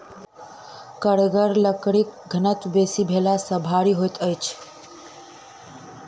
कड़गर लकड़ीक घनत्व बेसी भेला सॅ भारी होइत अछि